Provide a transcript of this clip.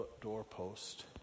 doorpost